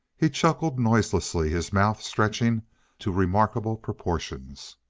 he chuckled noiselessly, his mouth stretching to remarkable proportions.